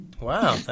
Wow